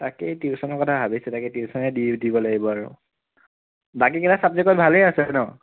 তাকেই টিউশ্যনৰ কথা ভাৱিছোঁ তাকে টিউশ্যনেই দি দিব লাগিব আৰু বাকীকেইটা চাব্জেক্টত ভালেই আছে ন'